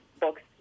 books